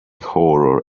horror